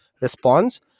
response